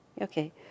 Okay